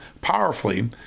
powerfully